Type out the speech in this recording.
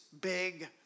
big